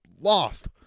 lost